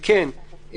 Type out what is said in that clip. כן,